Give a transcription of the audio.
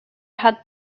had